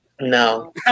No